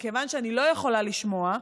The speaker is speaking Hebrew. מכיוון שאני לא יכולה לשמוע,